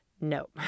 no